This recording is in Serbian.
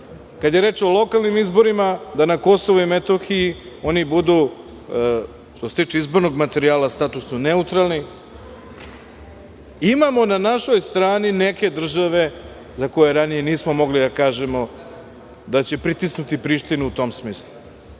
kada je o lokalnim izborima, da na KiM oni budu, što se tiče izbornog materijala, statusno neutralni. Imamo na našoj strani neke države za koje ranije nismo mogli da kažemo da će pritisnuti Prištinu u tom smislu. Zato,